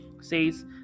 says